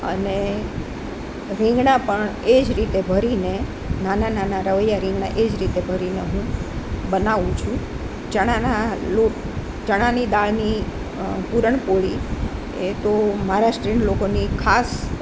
અને રીંગણાં પણ એ જ રીતે ભરીને નાનાં નાનાં રવૈયા રીંગણાં એ જ રીતે ભરીને હું બનાવું છું ચણાના લોટ ચણાની દાળની પૂરણ પોળી એ તો મહારાષ્ટ્રીયન લોકોની ખાસ